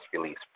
release